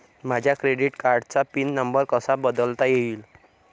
माझ्या क्रेडिट कार्डचा pin number कसा बदलता येईल?